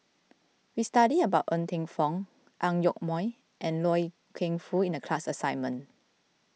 we studied about Ng Teng Fong Ang Yoke Mooi and Loy Keng Foo in the class assignment